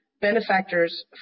benefactors